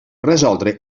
resoldre